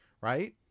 right